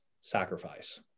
sacrifice